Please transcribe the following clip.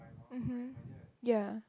mmhmm ya